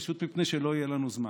פשוט מפני שלא יהיה לנו זמן.